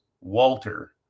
Walter